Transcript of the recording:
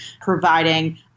providing